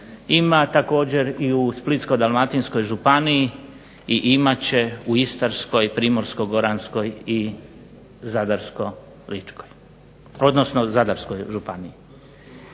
ima također i u Splitsko-dalmatinskoj županiji i imat će u Istarskoj, Primorsko-goranskoj i Zadarsko-ličkoj, odnosno Zadarskoj županiji.